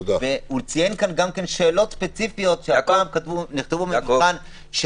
הוא ציין כאן גם שאלות ספציפיות שנכתבו במבחן,